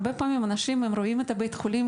הרבה פעמים אנשים רואים את בית החולים